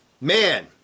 Man